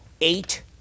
Eight